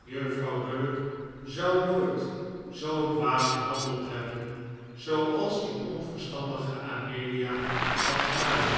juffrouw bullock zou nooit zoo dwaas gehandeld hebben zooals die onverstandige amelia had gedaan